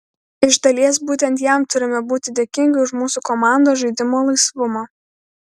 iš dalies būtent jam turime būti dėkingi už mūsų komandos žaidimo laisvumą